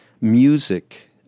music